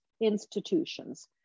institutions